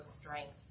strength